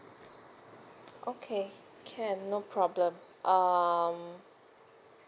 okay can no problem um